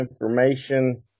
information